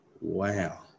Wow